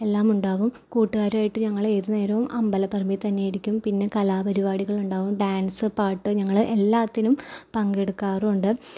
എല്ലാം ഉണ്ടാവും കൂട്ടുകാരുവായിട്ട് ഞങ്ങൾ ഏതുനേരവും അമ്പലപറമ്പിൽ തന്നെയാരിക്കും പിന്നെ കലാപരിപാടികളുണ്ടാവും ഡാൻസ് പാട്ട് ഞങ്ങൾ എല്ലാത്തിനും പങ്കെടുക്കാറുമുണ്ട്